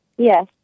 Yes